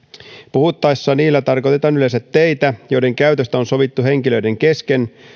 puhuttaessa niillä tarkoitetaan yleensä teitä joiden käytöstä on sovittu henkilöiden kesken